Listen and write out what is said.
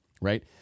Right